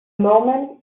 moment